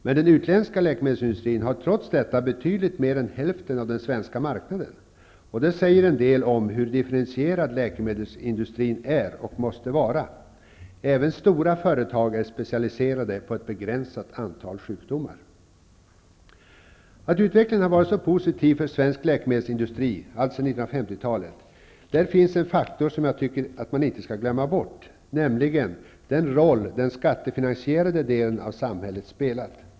Men den utländska läkemedelsindustrin har trots detta betydligt mer än hälften av den svenska marknaden, och det säger en del om hur differentierad läkemedelsindustrin är och måste vara -- även stora företag är specialiserade på ett begränsat antal sjukdomar. En faktor som man inte skall glömma bort när man ser på den positiva utvecklingen för svensk läkemedelsindustri är den roll som den skattefinansierade delen av samhället spelat.